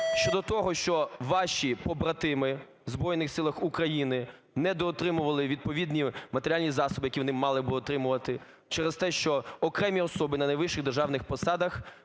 щодо того, що ваші побратими у Збройних Силах України недоотримували відповідні матеріальні засоби, які вони мали б отримувати через те, що окремі особи на найвищих державних посадах